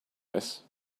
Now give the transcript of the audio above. this